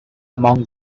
among